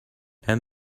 and